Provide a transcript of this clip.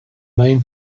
main